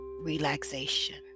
relaxation